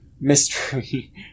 mystery